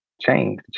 change